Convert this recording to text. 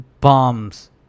bombs